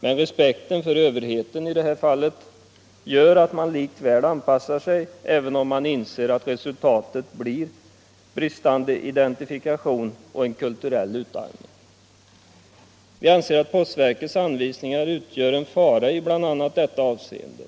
Men respekten för överheten i det här fallet gör att man anpassar sig, även om man inser att resultatet blir bristande identifikation och en kulturell utarmning. Vi anser att postverkets anvisningar utgör en fara i bl.a. dessa avseenden.